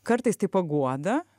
kartais tai paguoda